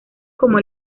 como